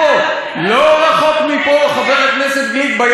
לא רחוק מפה, חבר הכנסת גליק, בגדה המערבית.